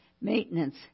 maintenance